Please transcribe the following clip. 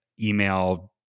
email